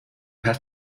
have